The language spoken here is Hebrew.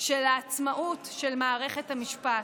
של העצמאות של מערכת המשפט.